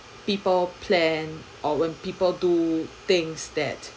people plan or when people do things that